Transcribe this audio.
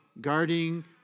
guarding